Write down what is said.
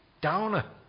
downer